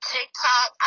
TikTok